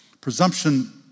presumption